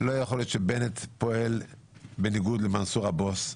- לא יכול להיות שבנט פועל בניגוד למנסור הבוס.